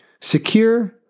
secure